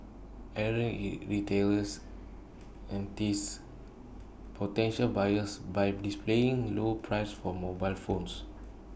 errant retailers entice potential buyers by displaying low prices for mobile phones